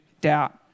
doubt